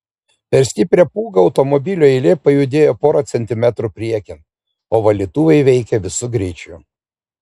per stiprią pūgą automobilių eilė pajudėjo porą centimetrų priekin o valytuvai veikė visu greičiu